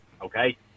Okay